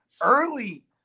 early